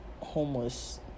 homeless